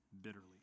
bitterly